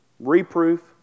Reproof